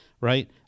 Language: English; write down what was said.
right